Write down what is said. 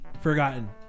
forgotten